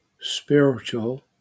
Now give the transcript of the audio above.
spiritual